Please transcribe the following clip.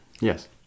Yes